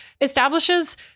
establishes